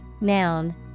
noun